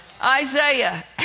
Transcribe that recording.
Isaiah